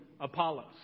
Apollos